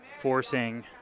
forcing